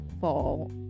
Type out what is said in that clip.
fall